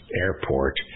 airport